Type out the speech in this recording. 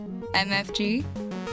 MFG